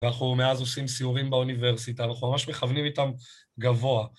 ואנחנו מאז עושים סיורים באוניברסיטה ואנחנו ממש מכוונים איתם גבוה